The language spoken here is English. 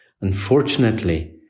Unfortunately